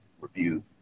review